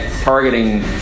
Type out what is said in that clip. targeting